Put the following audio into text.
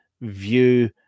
view